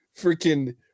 freaking